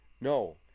No